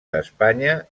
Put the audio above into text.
d’espanya